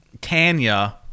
Tanya